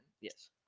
Yes